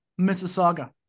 Mississauga